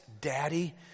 daddy